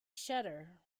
shudder